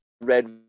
red